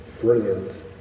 brilliant